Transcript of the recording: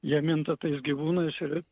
jie minta tais gyvūnais ir